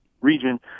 region